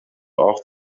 auch